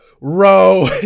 row